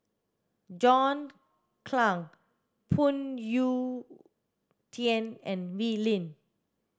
John Clang Phoon Yew Tien and Wee Lin